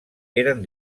eren